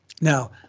Now